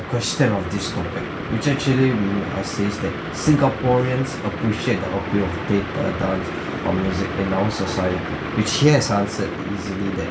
question of this topic which actually really uh says that singaporeans appreciate the of theatre dance or music in our society which he has answered easily that